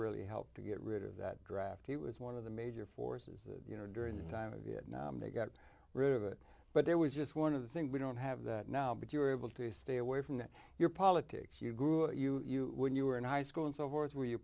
really helped to get rid of that draft he was one of the major forces you know during the time of year they got rid of it but there was just one of the things we don't have that now but you were able to stay away from that your politics you grew up you when you were in high school and so forth were you